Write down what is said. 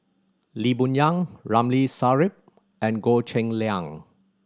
Lee Boon Yang Ramli Sarip and Goh Cheng Liang